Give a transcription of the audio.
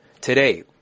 today